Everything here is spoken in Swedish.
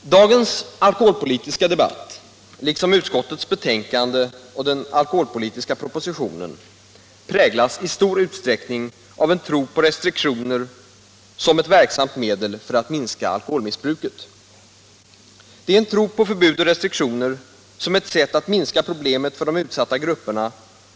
Herr talman! Dagens alkoholpolitiska debatt liksom utskottets betänkande och den alkoholpolitiska propositionen präglas i stor utsträckning av en tro på restriktioner som ett verksamt medel för att minska alkoholmissbruket. Det är en tro på förbud och restriktioner som ett sätt att minska problemet för de utsatta grupperna